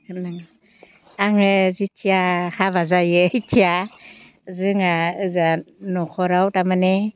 आङो जितिया हाबा जायो हितिया जोंहा ओजा न'खराव थारमाने